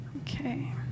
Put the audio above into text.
okay